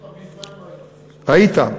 אני מזמן לא, היית.